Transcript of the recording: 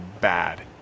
bad